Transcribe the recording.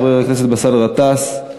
חבר הכנסת באסל גטאס,